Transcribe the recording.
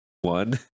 one